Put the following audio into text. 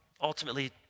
ultimately